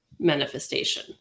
manifestation